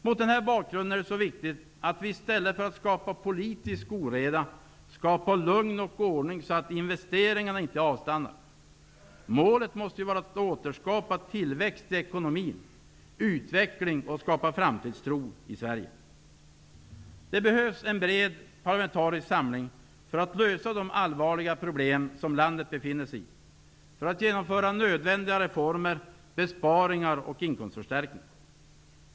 Mot den bakgrunden är det viktigt att vi i stället för politisk oreda skapar lugn och ordning så att investeringarna inte avstannar. Målet måste vara att återskapa tillväxt i ekonomin och att skapa utveckling och framtidstro i Sverige. Det behövs en bred parlamentarisk samling för att lösa de allvarliga problemen landet befinner sig i och för att genomföra nödvändiga reformer, besparingar och inkomstförstärkningar.